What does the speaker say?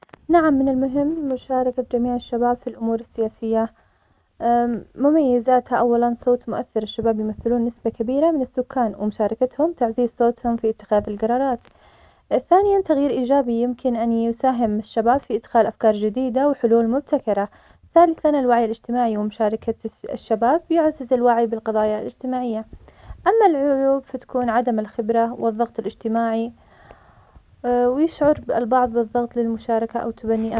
نعم من المهم مشاركة جميع الشباب في الأمور السياسيه, مميزاتها, أولاً, صوت مؤثر, الشباب يمثلون نسبة كبيرة من السكان, ومشاركتهم تعزيز صوتهم في اتخاذ القرارات, ثانياً تغيير إيجابي يمكن أن يساهم الشباب في إدخال أفكار جديدة, وحلول مبتكرة, ثالثاً الوعي الإجتماعي ومشاركة الشباب بيعزز الوعي بالقضايا الإجتماعية, أما العيوب بتكون عدم الخبرة والضغط الإجتماعي ويشعر البعض بالضغط للمشاركة أو تبنيه-.